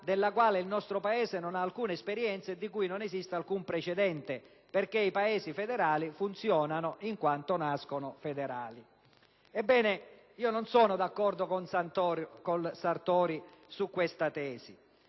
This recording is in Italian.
della quale il nostro Paese non ha alcuna esperienza e di cui non esiste alcun precedente, perché i Paesi federali funzionano in quanto nascono federali». Ebbene, non sono d'accordo con Sartori su questa tesi: